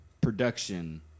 production